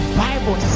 bible